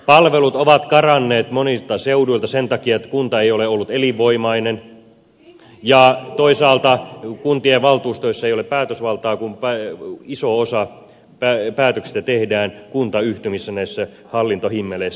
palvelut ovat karanneet monilta seuduilta sen takia että kunta ei ole ollut elinvoimainen ja toisaalta kuntien valtuustoissa ei ole päätösvaltaa kun iso osa päätöksistä tehdään kuntayhtymissä näissä hallintohimmeleissä